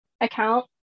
account